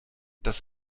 das